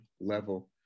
level